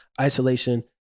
isolation